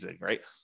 right